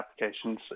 applications